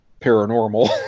paranormal